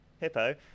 Hippo